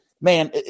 man